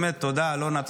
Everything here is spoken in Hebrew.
באמת תודה, אלונה.